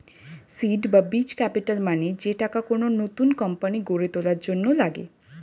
seed বা বীজ capital মানে যে টাকা কোন নতুন কোম্পানি গড়ে তোলার জন্য লাগে